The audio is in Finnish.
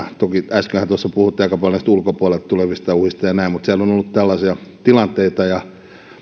äskenhän puhuttiin aika paljon ulkopuolelta tulevista uhista ja näin mutta siellä on on ollut tällaisia tilanteita